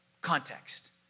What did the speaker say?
context